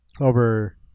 over –